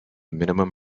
minimum